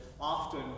often